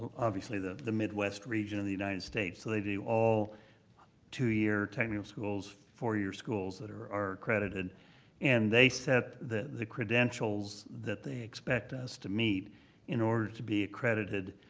obviously, the the midwest region of the united states. so they do all two-year, technical schools, four-year schools that are are accredited and they set the the credentials that they expect us to meet in order to be accredited.